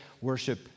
worship